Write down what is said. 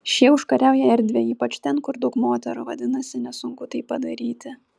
šie užkariauja erdvę ypač ten kur daug moterų vadinasi nesunku tai padaryti